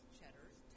Cheddars